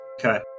Okay